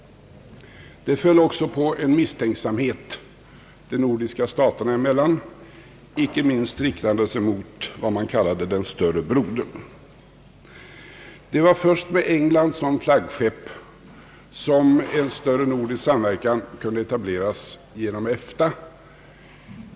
Det föll också på en misstänksamhet de nordiska staterna emellan, inte minst riktande sig mot vad man kallade den större brodern. Det var först med England som flaggskepp som en större nordisk samverkan kunde etableras genom EFTA.